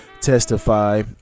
testify